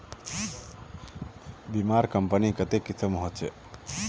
बीमार कंपनी कत्ते किस्म होछे